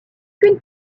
qu’une